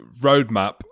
roadmap